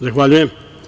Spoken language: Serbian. Zahvaljujem.